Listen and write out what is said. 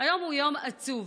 היום הוא יום עצוב.